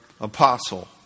apostle